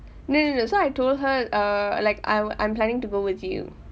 no no no so I told her uh like I I'm planning to go with you